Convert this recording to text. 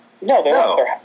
no